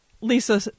lisa